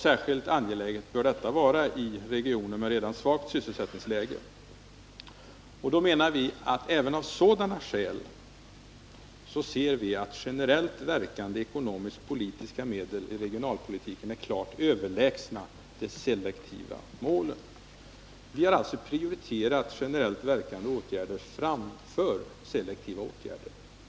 Särskilt angeläget bör detta vara i regioner med redan svagt sysselsättningsläge. Även av sådana skäl menar vi att generellt verkande ekonomisk-politiska medel i regionalpolitiken är klart överlägsna de selektiva målen. Vi har alltså föredragit generellt verkande åtgärder framför selektiva.